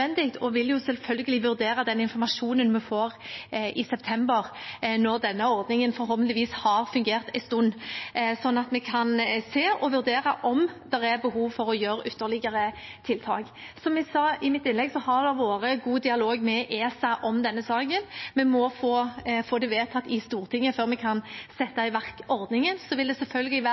Og vi vil jo selvfølgelig vurdere den informasjonen vi får i september, når denne ordningen forhåpentligvis har fungert en stund, sånn at vi kan se og vurdere om det er behov for å gjøre ytterligere tiltak. Som jeg sa i mitt innlegg, har det vært god dialog med ESA om denne saken. Vi må få det vedtatt i Stortinget før vi kan sette i verk ordningen. Og så vil det selvfølgelig være